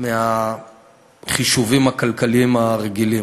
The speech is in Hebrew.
מהחישובים הכלכליים הרגילים.